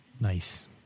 Nice